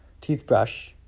toothbrush